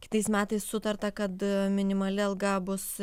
kitais metais sutarta kad minimali alga bus